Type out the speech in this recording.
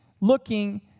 looking